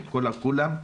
את כולם.